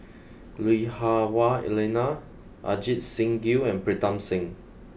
Lui Hah Wah Elena Ajit Singh Gill and Pritam Singh